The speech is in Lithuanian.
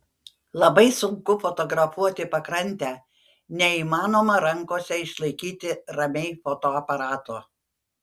labai sunku fotografuoti pakrantę neįmanoma rankose išlaikyti ramiai fotoaparato